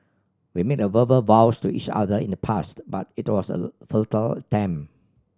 we made verbal vows to each other in the past but it was a futile attempt